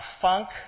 funk